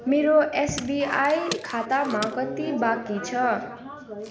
मेरो एसबिआई खातामा कति बाँकी छ